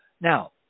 now